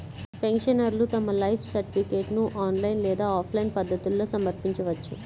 పెన్షనర్లు తమ లైఫ్ సర్టిఫికేట్ను ఆన్లైన్ లేదా ఆఫ్లైన్ పద్ధతుల్లో సమర్పించవచ్చు